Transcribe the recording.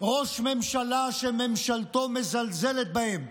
ראש ממשלה שממשלתו מזלזלת בהם.